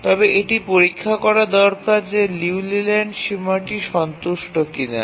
তবে এটি পরীক্ষা করা দরকার যে লিউ লেল্যান্ডের সীমাটি সন্তুষ্ট কিনা